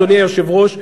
אדוני היושב-ראש,